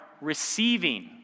receiving